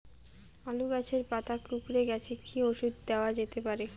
আলু গাছের পাতা কুকরে গেছে কি ঔষধ দেওয়া যেতে পারে?